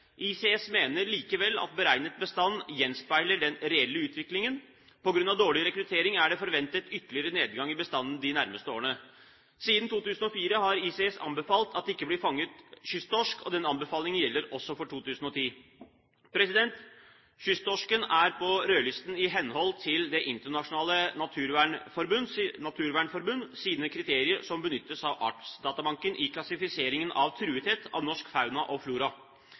mener likevel at beregnet bestand gjenspeiler den reelle utviklingen. På grunn av dårlig rekruttering er det forventet ytterligere nedgang i bestanden de nærmeste årene. Siden 2004 har ICES anbefalt at det ikke blir fanget kysttorsk, og den anbefalingen gjelder også for 2010. Kysttorsken er på rødlisten i henhold til Den internasjonale naturvernorganisasjons kriterier, som benyttes av Artsdatabanken i klassifiseringen av truethet innen norsk fauna og flora.